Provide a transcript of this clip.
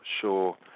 sure